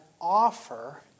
offer